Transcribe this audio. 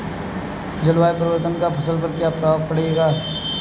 जलवायु परिवर्तन का फसल पर क्या प्रभाव पड़ेगा?